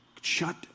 shut